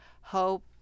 hope